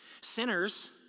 Sinners